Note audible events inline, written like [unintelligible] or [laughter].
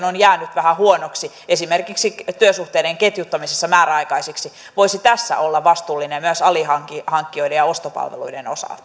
[unintelligible] on jäänyt vähän huonoksi esimerkiksi työsuhteiden ketjuttamisessa määräaikaisiksi voisi olla tässä vastuullinen myös alihankkijoiden ja ostopalveluiden osalta [unintelligible]